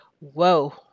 whoa